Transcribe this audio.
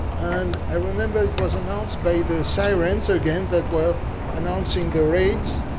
and i remember it was announced by the sirens. again, they were announcing the raids.